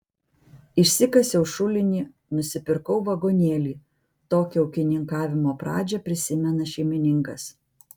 išsikasiau šulinį nusipirkau vagonėlį tokią ūkininkavimo pradžią prisimena šeimininkas